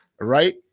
Right